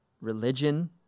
religion